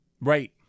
Right